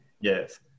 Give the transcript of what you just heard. yes